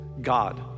God